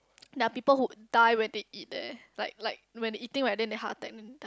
there are people who die when they eat there like like when they eating right then they heart attack